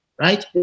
right